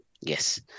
yes